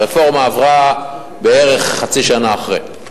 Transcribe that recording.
הרפורמה עברה בערך חצי שנה אחרי.